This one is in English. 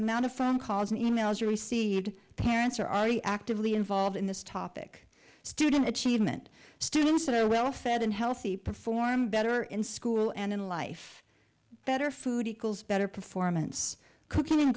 amount of phone calls and e mails you received parents are already actively involved in this topic student achievement students are well fed and healthy perform better in school and in life better food equals better performance cooking